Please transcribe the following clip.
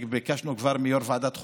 וביקשנו כבר מיושב-ראש ועדת חוקה,